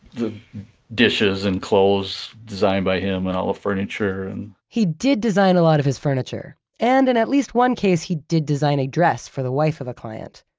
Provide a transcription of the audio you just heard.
the dishes and clothes designed by him and all the ah furniture. and he did design a lot of his furniture and in at least one case, he did design a dress for the wife of a client.